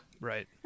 Right